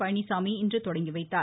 பழனிச்சாமி இன்று தொடங்கிவைத்தார்